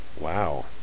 Wow